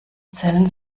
zellen